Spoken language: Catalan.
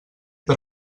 per